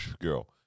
girl